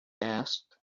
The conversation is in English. asked